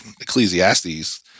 Ecclesiastes